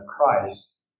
Christ